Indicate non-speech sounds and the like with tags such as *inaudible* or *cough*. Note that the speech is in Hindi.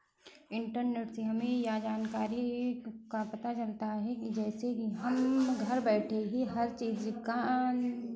इंटरनेट से हमें यह जानकारी का पता चलता है कि जैसे कि हम घर बैठे ही हर चीज़ का *unintelligible*